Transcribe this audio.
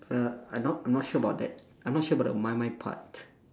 err I'm not I'm not sure about that I'm not sure about my mind part